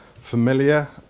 familiar